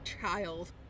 child